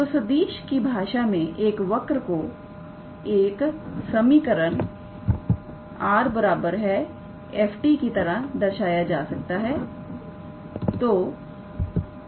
तो सदिश की भाषा में एक वर्क को एक समीकरण 𝑟⃗ 𝑓⃗𝑡 की तरह दर्शाया जा सकता है